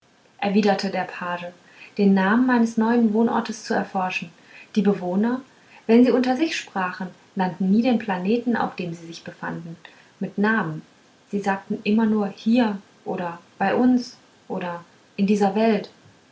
erwiderte der page den namen meines neuen wohnortes zu erforschen die bewohner wenn sie unter sich sprachen nannten nie den planeten auf dem sie sich befanden mit namen sie sagten immer nur hier oder bei uns oder in dieser welt